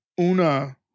Una